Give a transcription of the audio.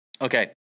Okay